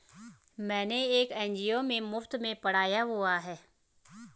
मैंने एक एन.जी.ओ में मुफ़्त में पढ़ाया हुआ है